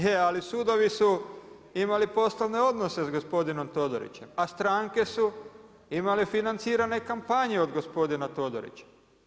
Je ali sudovi su imali poslovne odnose sa gospodinom Todorićem, a stranke su imale financirane kampanje od gospodina Todorića.